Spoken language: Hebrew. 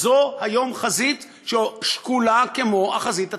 זו היום חזית ששקולה לחזית הצבאית.